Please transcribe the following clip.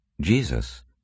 jesus